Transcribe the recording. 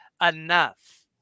enough